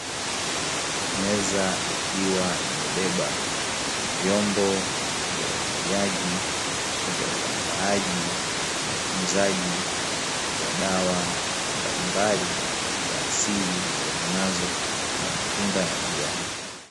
Meza ikiwa imebeba vyombo vya upakiaji, vya uandaaji na utunzaji wa dawa mbalimbali za asili zitokanazo na matunda na majani.